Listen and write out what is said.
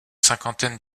cinquantaine